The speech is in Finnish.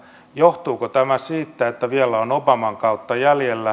johtuuko tämä siitä että vielä on obaman kautta jäljellä